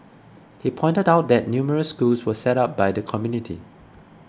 he pointed out that numerous schools were set up by the community